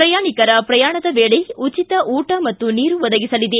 ಪ್ರಯಾಣಿಕರ ಪ್ರಯಾಣದ ವೇಳೆ ಉಚಿತ ಊಟ ಮತ್ತು ನೀರು ಒದಗಿಸಲಿದೆ